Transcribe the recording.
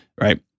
Right